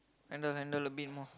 handle handle a bit more